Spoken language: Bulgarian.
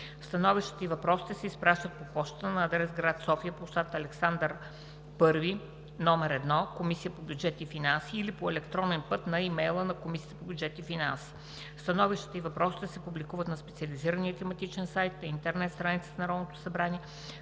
Становищата и въпросите се изпращат по пощата на адрес: град София, площад „Княз Александър I“ № 1, Комисия по бюджет и финанси, или по електронен път на имейла на Комисията по бюджет и финанси. Становищата и въпросите се публикуват на специализирания тематичен сайт на интернет страницата на Народното събрание